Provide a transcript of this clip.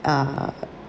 err